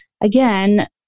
again